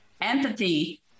empathy